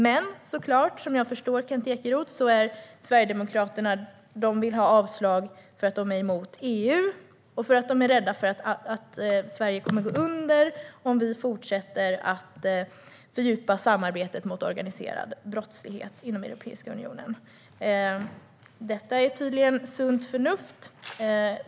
Men som jag förstår Kent Ekeroth vill Sverigedemokraterna avslå för att de är emot EU och för att de är rädda för att Sverige kommer att gå under om vi fortsätter att fördjupa samarbetet mot organiserad brottslighet inom Europeiska unionen. Detta är tydligen sunt förnuft.